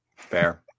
fair